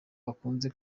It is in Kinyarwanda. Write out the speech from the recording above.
bakunze